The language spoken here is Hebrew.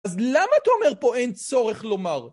אז למה אתה אומר פה אין צורך לומר?